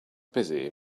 busy